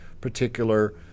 particular